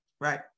right